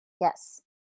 Yes